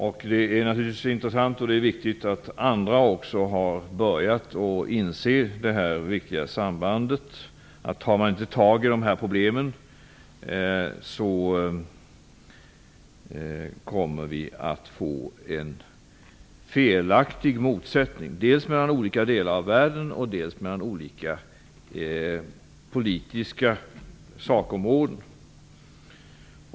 Det är naturligtvis intressant och viktigt att andra har börjat inse detta viktiga samband, dvs. om inte problemen hanteras kommer vi att få en felaktig motsättning dels mellan olika delar av världen, dels mellan olika politiska sakområden.